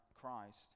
christ